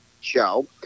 show